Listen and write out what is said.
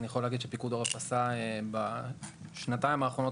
אני יכול להגיד שפיקוד העורף עשה בשנתיים האחרונות